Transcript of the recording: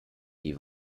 die